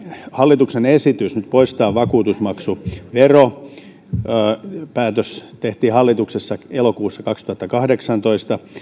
hallituksen esityksestä poistaa vakuutusmaksuvero tehtiin hallituksessa elokuussa kaksituhattakahdeksantoista